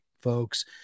folks